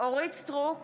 אורית מלכה סטרוק,